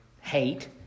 hate